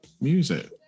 music